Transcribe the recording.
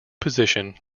position